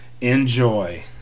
Enjoy